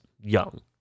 young